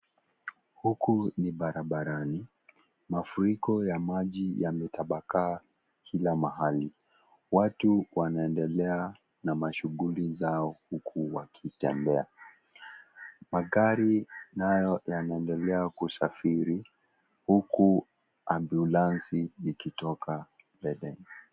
Huku ni barabarani, mafuriko ya maji yametabakaa kila mahali watu wanaendelea na mashughuli zao huku wakitembea. Magari nayo yanaendelea kusafiri huku (CS)ambulansi(CS)ikitoka mbeleni.